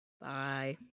Bye